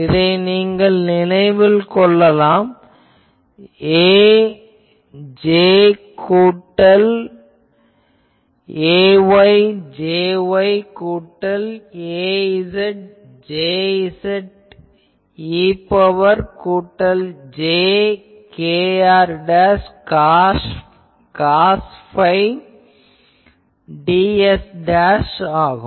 இதை நீங்கள் நினைவில் வைத்துக் கொள்ளலாம் ax Jx கூட்டல் ay Jy கூட்டல் az Jz e ன் பவர் கூட்டல் j kr cos phi ds ஆகும்